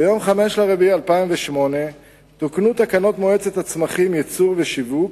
ביום 15 באפריל 2008 תוקנו תקנות מועצת הצמחים (ייצור ושיווק)